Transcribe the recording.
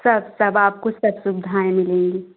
सब सब आपको सब सुविधाएँ मिलेंगी